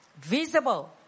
visible